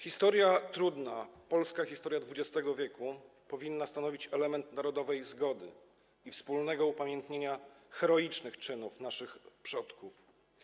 Historia, trudna polska historia XX w., powinna stanowić element narodowej zgody i wspólnego upamiętnienia heroicznych czynów naszych przodków.